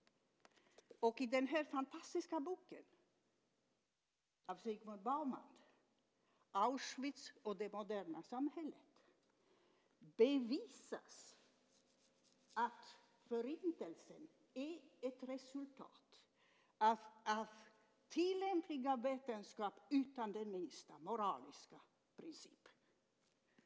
I den fantastiska bok av Zygmunt Bauman som jag håller i min hand - Auschwitz och det moderna samhället - bevisas att Förintelsen är ett resultat av tillämpning av vetenskap utan den minsta moraliska princip.